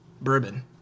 bourbon